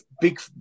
big